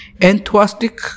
enthusiastic